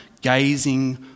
gazing